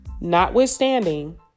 notwithstanding